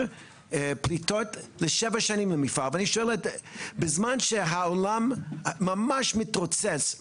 פליטות לשבע שנים לפעל ואני שואל בזמן שהעולם ממש מתרוצץ,